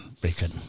Bacon